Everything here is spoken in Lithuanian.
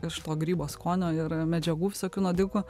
iš to grybo skonio ir medžiagų visokių naudingų